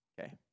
okay